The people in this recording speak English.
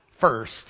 first